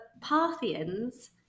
Parthians